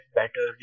better